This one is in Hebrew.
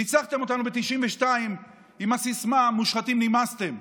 ניצחתם אותנו ב-1992 עם הסיסמה "מושחתים, נמאסתם".